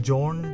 John